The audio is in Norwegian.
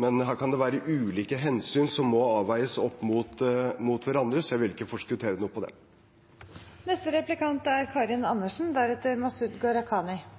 Men her kan det være ulike hensyn som må avveies mot hverandre, så jeg vil ikke forskuttere noe på det. Det er